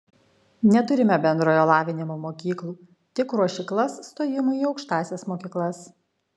neturime bendrojo lavinimo mokyklų tik ruošyklas stojimui į aukštąsias mokyklas